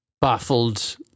baffled